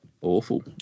awful